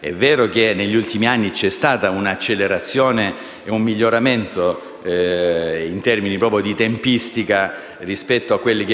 È vero che negli ultimi anni ci sono stati una accelerazione e un miglioramento in termini di tempistica rispetto alle